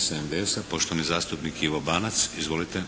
se./ … Hvala